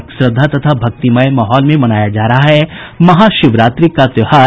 और श्रद्धा तथा भक्तिमय माहौल में मनाया जा रहा है महाशिवरात्रि का त्योहार